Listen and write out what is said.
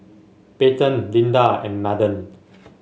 Payten Linda and Madden